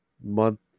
month